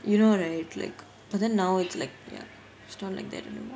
you know right like but then now it's like ya it's not like that anymore